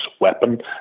weapon